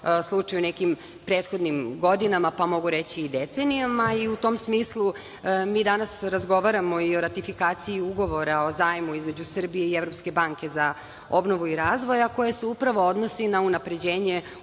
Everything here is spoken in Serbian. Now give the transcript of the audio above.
u nekim prethodnim godinama, pa mogu reći i decenijama, pa u tom smislu mi danas razgovaramo i o ratifikaciji ugovora o zajmu između Srbije i Evropske banke za obnovu i razvoj, a koji se upravo odnosi na unapređenje